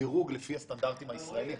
הדירוג לפי הסטנדרטים הישראליים.